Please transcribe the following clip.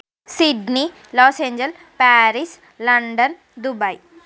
Sydney Los Angeles Paris London Dubai